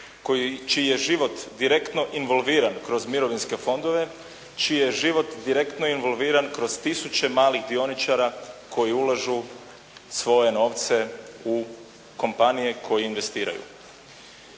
čiji je život direktno involviran kroz mirovinske fondove, čije je život direktno involviran kroz tisuće malih dioničara koji ulažu svoje novce u kompanije koje investiraju.